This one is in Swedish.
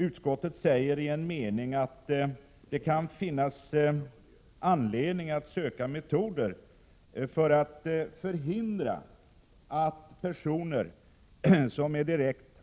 Utskottet säger i en mening: ”Det kan också finnas anledning att söka metoder för att förhindra att personer som är direkt